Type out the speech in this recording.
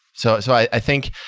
so so i think,